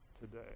today